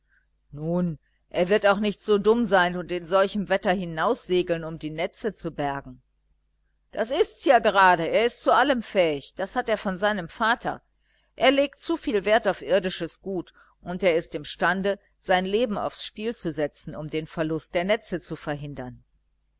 nun er wird auch nicht so dumm sein und in solchem wetter hinaussegeln um die netze zu bergen das ists ja gerade er ist zu allem fähig das hat er von seinem vater er legt zuviel wert auf irdisches gut und er ist imstande sein leben aufs spiel zu setzen um den verlust der netze zu verhindern